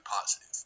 positive